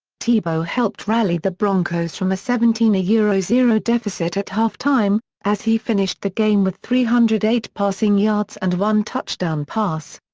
tebow helped rally the broncos from a seventeen yeah zero zero deficit at halftime, as he finished the game with three hundred and eight passing yards and one touchdown pass.